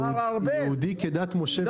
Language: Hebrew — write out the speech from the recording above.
מר ארבל --- יהודי כדת משה וישראל.